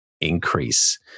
increase